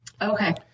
Okay